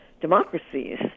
democracies